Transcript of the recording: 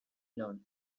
known